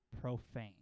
profane